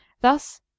Thus